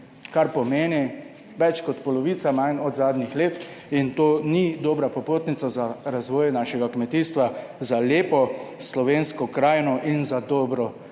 kar pomeni več kot polovica manj od zadnjih let. In to ni dobra popotnica za razvoj našega kmetijstva, za lepo slovensko krajino in za dobro